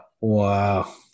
Wow